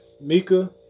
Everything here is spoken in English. Mika